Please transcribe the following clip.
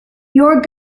your